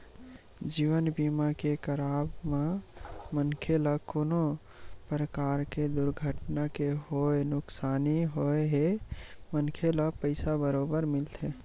जीवन बीमा के करवाब म मनखे ल कोनो परकार ले दुरघटना के होय नुकसानी होए हे मनखे ल पइसा बरोबर मिलथे